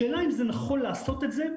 השאלה אם זה נכון לעשות את זה,